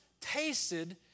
tasted